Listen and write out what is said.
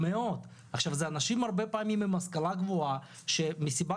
אלה אנשים הרבה פעמים עם השכלה גבוהה שמסיבה